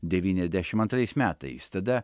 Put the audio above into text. devyniasdešim antrais metais tada